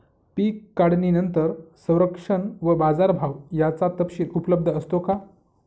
पीक काढणीनंतर संरक्षण व बाजारभाव याचा तपशील उपलब्ध असतो का?